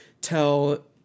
tell